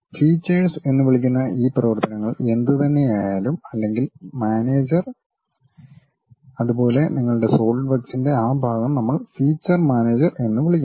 features എന്ന് വിളിക്കുന്ന ഈ പ്രവർത്തനങ്ങൾ എന്തുതന്നെയായാലും അല്ലെങ്കിൽ മാനേജർ അതുപോലെ നിങ്ങളുടെ സോളിഡ് വർക്ക്സിന്റെ ആ ഭാഗം നമ്മൾ ഫീച്ചർ മാനേജർ എന്ന് വിളിക്കുന്നു